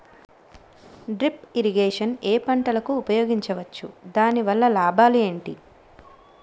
Drip irrigation ఏ పంటలకు ఉపయోగించవచ్చు? దాని వల్ల లాభాలు ఏంటి?